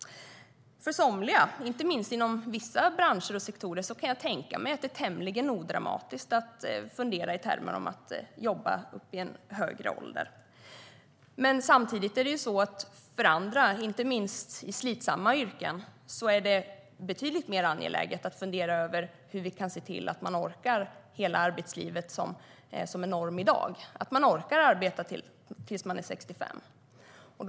För somliga, inte minst inom vissa branscher och sektorer, kan jag tänka mig att det är tämligen odramatiskt att fundera i termer av att jobba upp i en högre ålder. Samtidigt är det för andra, inte minst i slitsamma yrken, betydligt mer angeläget att fundera över hur man kan orka hela det arbetsliv som är normen i dag, det vill säga till 65 år.